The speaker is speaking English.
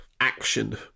action